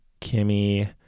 Kimmy